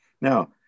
Now